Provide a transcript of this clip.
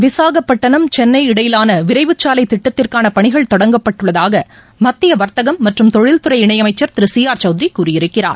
விசாகப்பட்டினம் சென்னை இடையிலானவிரைவு சாலைதிட்டத்திற்கானபணிகள் தொடங்கப்பட்டுள்ளதாகமத்தியவர்த்தகம் மற்றும் தொழில் துறை இணைஅமைச்சர் திருசி அர் சௌத்ரிகூறியிருக்கிறார்